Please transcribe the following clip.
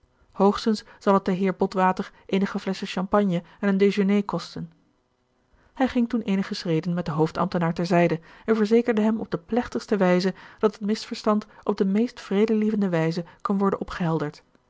hoogstens zal het den heer botwater eenige flesschen champagne en een dejeuné kosten hij ging toen eenige schreden met den hoofdambtenaar ter zijde en verzekerde hem op de plechtigste wijze dat het misverstand op de meest vredelievende wijze kon worden opgehelderd